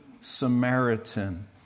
Samaritan